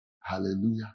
Hallelujah